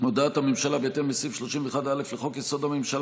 הודעת הממשלה בהתאם לסעיף 31(א) לחוק-יסוד: הממשלה,